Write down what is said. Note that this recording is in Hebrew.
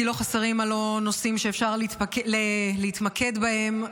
כי הלוא לא חסרים נושאים שאפשר להתמקד בהם,